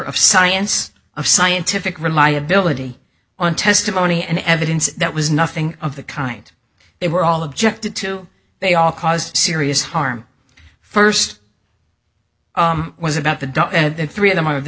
of science of scientific reliability on testimony and evidence that was nothing of the kind they were all objected to they all caused serious harm first was about the three of them of the